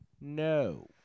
No